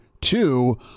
two